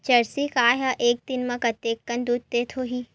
Jersey गाय ह एक दिन म कतेकन दूध देत होही?